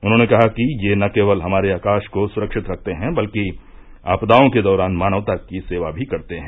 उन्होंने कहा कि ये न केवल हमारे आकाश को सुरक्षित रखते हैं बल्कि आपदाओं के दौरान मानवता की सेवा भी करते हैं